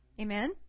Amen